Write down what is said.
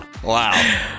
Wow